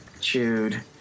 chewed